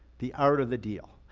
the art of the deal.